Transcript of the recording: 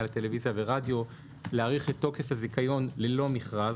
לטלוויזיה ורדיו להאריך את תוקף הזיכיון ללא מכרז,